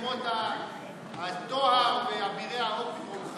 רוממות הטוהר ואבירי האופי.